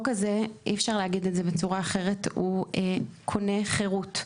אי אפשר להגיד את זה בצורה אחרת החוק הזה קונה חירות.